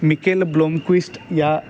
Mikel Blomkvist या